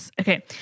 Okay